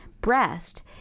breast